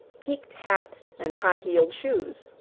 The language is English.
peaked hat, and high-heeled shoes.